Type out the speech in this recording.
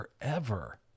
forever